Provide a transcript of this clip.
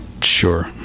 Sure